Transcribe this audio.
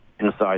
inside